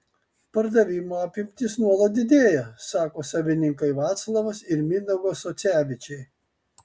pardavimo apimtys nuolat didėja sako savininkai vaclovas ir mindaugas socevičiai